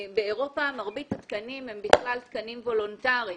באירופה מרבית התקנים הם בכלל תקנים וולונטריים.